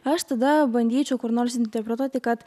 aš tada bandyčiau kur nors interpretuoti kad